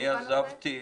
אני עזבתי